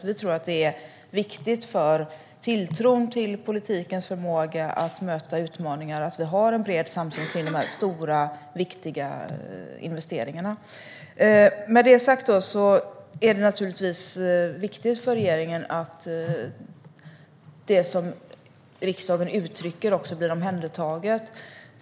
Vi tror att det är viktigt för tilltron till politikens förmåga att möta utmaningar att vi har en bred samsyn kring de stora viktiga investeringarna. Med det sagt är det viktigt för regeringen att det som riksdagen uttrycker också blir omhändertaget.